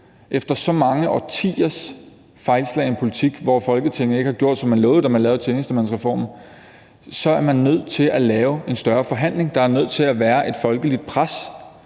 efter så mange årtiers fejlslagen politik, hvor Folketinget ikke har gjort, som man lovede, da man lavede tjenestemandsreformen, er man nødt til at lave en større forhandling. Der er nødt til at være et folkeligt pres.